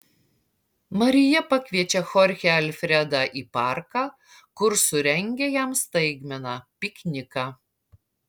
marija pakviečia chorchę alfredą į parką kur surengia jam staigmeną pikniką